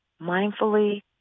mindfully